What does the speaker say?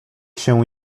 się